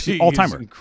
all-timer